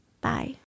Bye